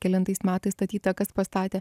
kelintais metais statyta kas pastatė